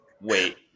Wait